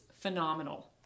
phenomenal